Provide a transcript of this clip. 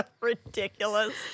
ridiculous